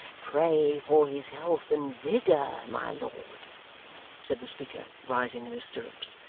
pray for his health and vigour. my lord said the speaker, rising in his stirrups,